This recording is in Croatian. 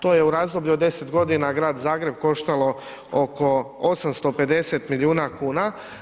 To je u razdoblju od 10.g. Grad Zagreb koštalo oko 850 milijuna kuna.